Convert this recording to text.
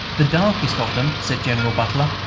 the darkest of them, said general butler,